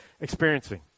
experiencing